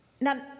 Now